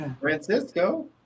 Francisco